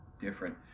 different